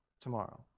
tomorrow